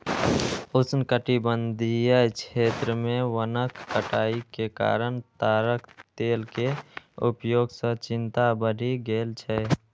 उष्णकटिबंधीय क्षेत्र मे वनक कटाइ के कारण ताड़क तेल के उपयोग सं चिंता बढ़ि गेल छै